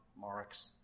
Mark's